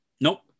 Nope